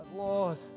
Lord